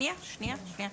שנייה, שנייה, שנייה.